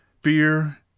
fear